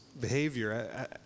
behavior